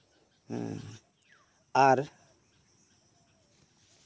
ᱦᱮᱸ ᱟᱨ